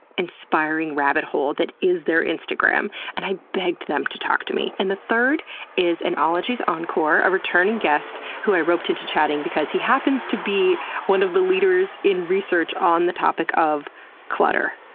inspiring rabbit hole that is their instagram, and i begged them to talk to me. and the third is an ologies encore, a returning guest who i roped into chatting because he happens to be one of the leaders in research on the topic of clutter.